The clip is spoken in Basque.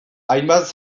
hainbat